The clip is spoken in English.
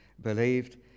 believed